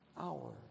hour